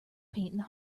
painting